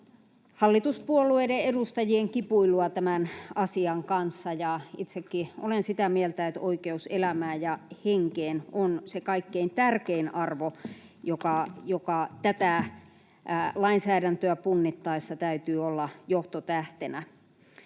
hallituspuolueiden edustajien kipuilua tämän asian kanssa. Itsekin olen sitä mieltä, että oikeus elämään ja henkeen on se kaikkein tärkein arvo, jonka tätä lainsäädäntöä punnittaessa täytyy olla johtotähtenä.